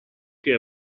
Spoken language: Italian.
che